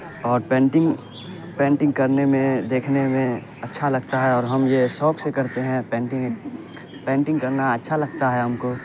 اور painting painting کرنے میں دیکھنے میں اچھا لگتا ہے اور ہم یہ شوق سے کرتے ہیں پینٹنگ پینٹنگ کرنا اچھا لگتا ہے ہم کو